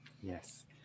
Yes